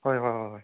ꯍꯣꯏ ꯍꯣꯏ ꯍꯣꯏ ꯍꯣꯏ